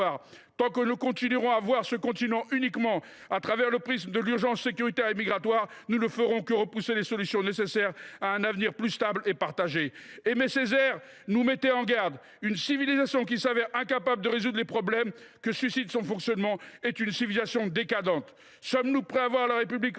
Tant que nous continuerons à voir ce continent uniquement à travers le prisme de l’urgence sécuritaire et migratoire, nous ne ferons que repousser les solutions nécessaires à un avenir plus stable et partagé. Aimé Césaire nous mettait en garde :« Une civilisation qui s’avère incapable de résoudre les problèmes que suscite son fonctionnement est une civilisation décadente. » Sommes nous prêts à voir la République renier